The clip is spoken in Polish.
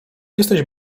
jesteś